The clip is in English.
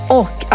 och